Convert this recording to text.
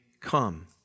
come